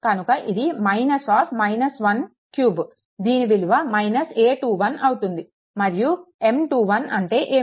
కనుక ఇది 3 దీని విలువ a21 అవుతుంది మరియు M21 అంటే ఏమిటి